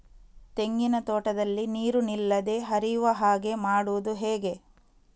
ತೆಂಗಿನ ತೋಟದಲ್ಲಿ ನೀರು ನಿಲ್ಲದೆ ಹರಿಯುವ ಹಾಗೆ ಮಾಡುವುದು ಹೇಗೆ?